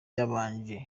yabanje